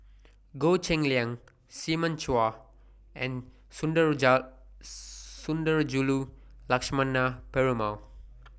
Goh Cheng Liang Simon Chua and Sundarajulu Lakshmana Perumal